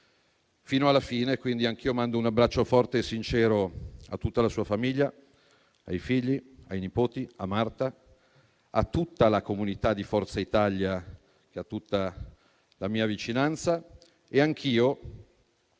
fino alla fine. Quindi, anch'io mando un abbraccio forte e sincero a tutta la sua famiglia, ai figli, ai nipoti, a Marta a tutta la comunità di Forza Italia che ha tutta la mia vicinanza. Nei